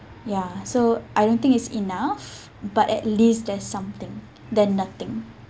ya so I don't think it's enough but at least there's something than nothing